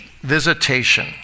visitation